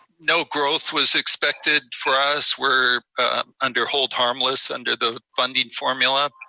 no growth was expected for us. we're under hold harmless, under the funding formula.